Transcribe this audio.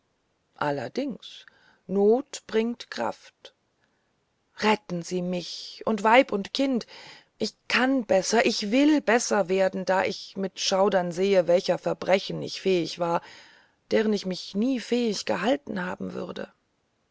allerdings not bringt kraft retten sie mich und weib und kind ich kann besser ich will besser werden da ich mit schaudern sehe welcher verbrechen ich fähig war deren ich mich nie fähig gehalten haben würde